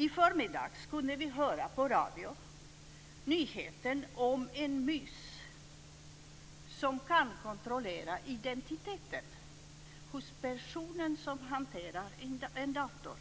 I förmiddags kunde vi höra på radio nyheten om en datormus som kan kontrollera identiteten hos personen som hanterar en dator.